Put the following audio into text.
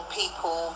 people